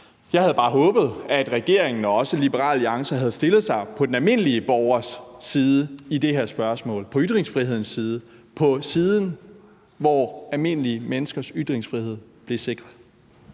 Jeg havde bare håbet, at regeringen og også Liberal Alliance havde stillet sig på den almindelige borgers side i det her spørgsmål – altså på ytringsfrihedens side, på den side, hvor almindelige menneskers ytringsfrihed bliver sikret.